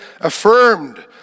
affirmed